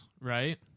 right